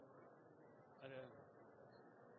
er det